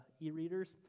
e-readers